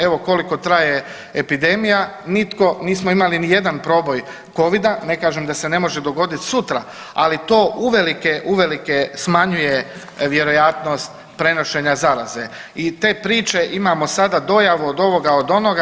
Evo koliko traje epidemija nitko, nismo imali ni jedan proboj covida, ne kažem da se ne može dogoditi sutra, ali to uvelike, uvelike smanjuje vjerojatnost prenošenja zaraze i te priče imamo sada dojavu od ovoga od onoga.